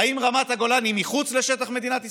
האם רמת הגולן היא מחוץ לשטח מדינת ישראל?